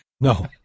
No